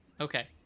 Okay